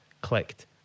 clicked